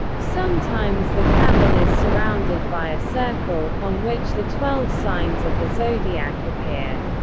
sometimes the cavern is surrounded by a circle, on which the twelve signs of the zodiac appear.